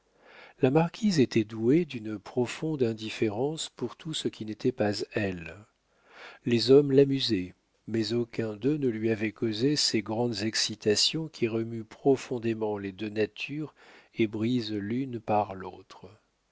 la marquise était douée d'une profonde indifférence pour tout ce qui n'était pas elle les hommes l'amusaient mais aucun d'eux ne lui avait causé ces grandes excitations qui remuent profondément les deux natures et brisent l'une par l'autre